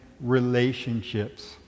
relationships